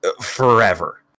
forever